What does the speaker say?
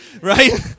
right